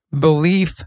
belief